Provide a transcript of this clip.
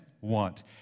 want